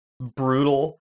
brutal